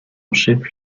chef